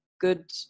good